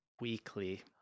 weekly